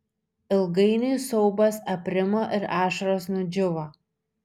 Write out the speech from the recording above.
ilgainiui siaubas aprimo ir ašaros nudžiūvo